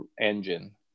engine